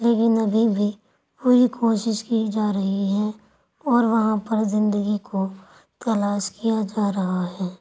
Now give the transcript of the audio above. لیکن ابھی بھی پوری کوشش کی جا رہی ہے اور وہاں پر زندگی کو تلاش کیا جا رہا ہے